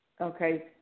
Okay